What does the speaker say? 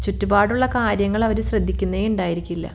ചുറ്റുപാടുമുള്ള കാര്യങ്ങൾ അവർ ശ്രദ്ധിക്കുന്നതേ ഉണ്ടായിരിക്കില്ല